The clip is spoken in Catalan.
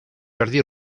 jardí